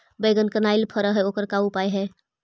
बैगन कनाइल फर है ओकर का उपाय है?